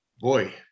boy